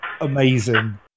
amazing